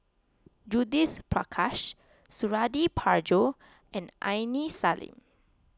Judith Prakash Suradi Parjo and Aini Salim